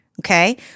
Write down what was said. okay